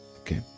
okay